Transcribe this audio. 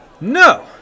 No